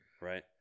right